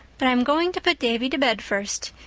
but i'm going to put davy to bed first.